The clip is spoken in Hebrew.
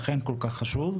לכן כל כך חשוב.